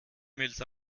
mails